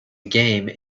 game